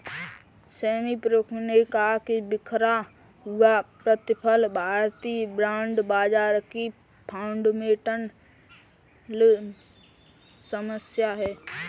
सेबी प्रमुख ने कहा कि बिखरा हुआ प्रतिफल भारतीय बॉन्ड बाजार की फंडामेंटल समस्या है